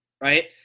right